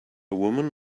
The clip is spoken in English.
woman